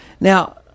Now